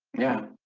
yeah,